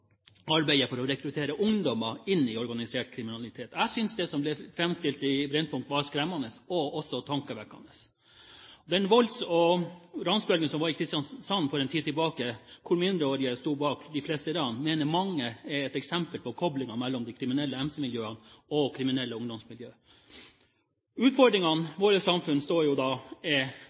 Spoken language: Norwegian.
for å rekruttere ungdommer inn i organisert kriminalitet. Jeg synes det som ble framstilt i Brennpunkt, var skremmende, og også tankevekkende. Den volds- og ransbølgen som var i Kristiansand for en tid tilbake, der mindreårige sto bak de fleste ran, mener mange er et eksempel på koblingen mellom de kriminelle MC-miljøene og kriminelle ungdomsmiljø. Utfordringene vårt samfunn står overfor, er ganske formidable. Vår felles oppgave er